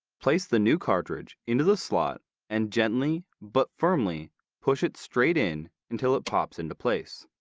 place the new cartridge into the slot and gently but firmly push it straight in until it pops into place.